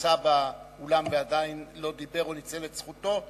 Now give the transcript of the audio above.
שנמצא באולם ועדיין לא דיבר או ניצל את זכותו,